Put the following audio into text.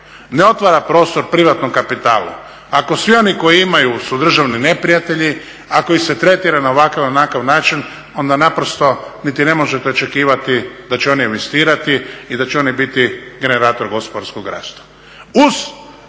ne otvara prostor privatnom kapitalu, ako svi oni koji imaju su državni neprijatelji, ako ih se tretira na ovakav ili onakav način, onda naprosto niti ne možete očekivati da će oni investirati i da će oni bit generator gospodarskog rasta.